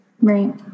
Right